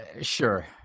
sure